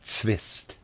Zwist